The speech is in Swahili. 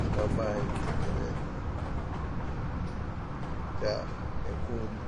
kitambaa kenye cha nyekundu.